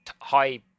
high